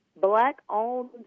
black-owned